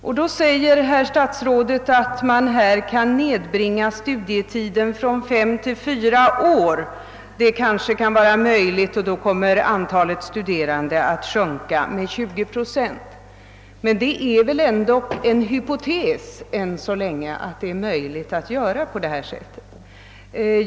Statsrådet säger att studietiden kan nedbringas från fem till fyra år. Det är kanske möjligt, och då skulle antalet studerande kunna sjunka med 20 procent. Men än så länge är detta dock en hypotes. Det går möjligen att göra på detta sätt — mera kan vi inte säga.